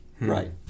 Right